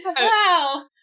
Wow